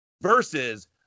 versus